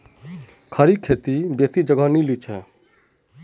खड़ी खेती बेसी जगह नी लिछेक